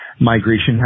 Migration